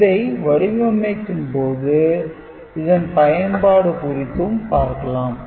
இதை வடிவமைக்கும் போது இதன் பயன்பாடு குறித்தும் பார்க்கலாம்